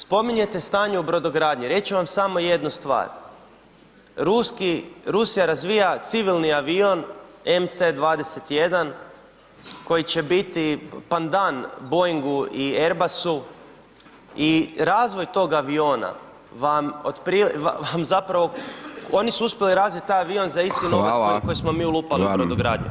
Spominjete stanje u brodogradnji, reći ću vam samo jednu stvar, Rusija razvija civilni avion MC-21 koji će biti pandan Boeingu i Erbasu i razvoj tog aviona vam zapravo, oni su uspjeli razviti taj avion za isti novac [[Upadica: Hvala…]] koji smo mi ulupali [[Upadica:…vam]] u brodogradnju.